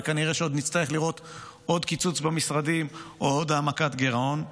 וכנראה נצטרך לראות עוד קיצוץ במשרדים או עוד העמקת גירעון.